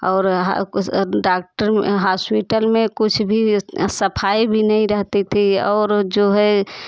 और doctor hospital में कुछ भी सफाई भी नहीं रहते थे और जो है